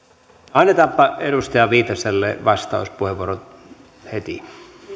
annetaanpa edustaja viitaselle vastauspuheenvuoro heti